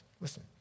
Listen